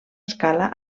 escala